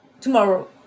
tomorrow